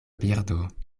birdo